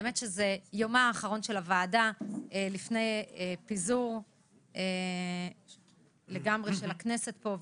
האמת שזה יומה האחרון של הוועדה לפני פיזור לגמרי של הכנסת פה,